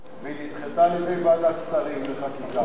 כזאת, והיא נדחתה על-ידי ועדת השרים לחקיקה.